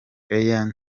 air